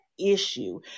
issue